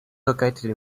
located